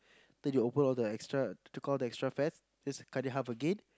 then you open all the extra took all the extra fats just to cut it half again